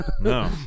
No